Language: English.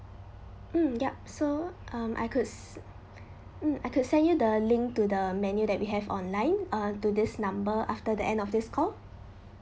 mm yup so um I could s~ mm I could send you the link to the menu that we have online uh to this number after the end of this call